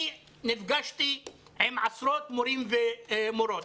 אני נפגשתי עם עשרות מורים ומורות.